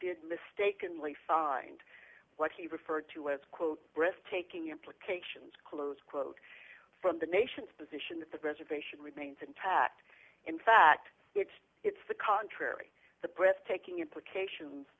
did mistakenly find what he referred to as quote breathtaking implications close quote from the nation's position that the reservation remains intact in fact it's it's the contrary the breathtaking implications